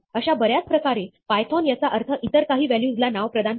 अशा बऱ्याच प्रकारे पायथोन याचा अर्थ इतर काही व्हॅल्यूज ला नाव प्रदान करते